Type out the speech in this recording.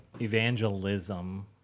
evangelism